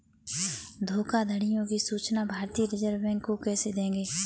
धोखाधड़ियों की सूचना भारतीय रिजर्व बैंक को कैसे देंगे?